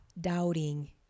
doubting